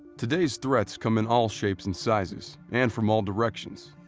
today's threats come in all shapes and sizes and from all directions.